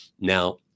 Now